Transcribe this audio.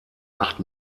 acht